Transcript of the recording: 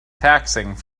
taxing